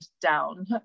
down